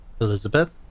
Elizabeth